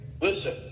listen